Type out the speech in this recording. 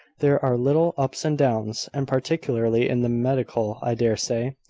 there are little ups and downs, and particularly in the medical. i dare say,